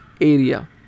area